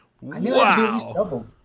Wow